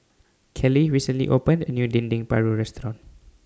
Kaleigh recently opened A New Dendeng Paru Restaurant